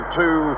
two